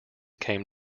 came